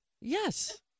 Yes